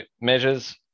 measures